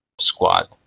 squad